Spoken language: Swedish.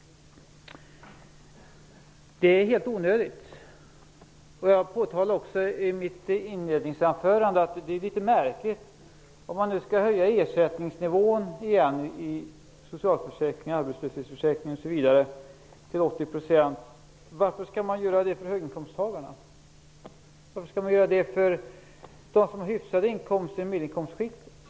Det är helt onödigt. Jag påtalade i mitt inledningsanförande att det är litet märkligt att man, när man nu skall höja ersättningsnivån i socialförsäkring, arbetslöshetsförsäkring, osv. till 80 %, gör det för höginkomsttagarna. Varför skall man göra det för dem med hyfsade inkomster i medelinkomstskiktet?